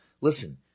Listen